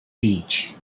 beach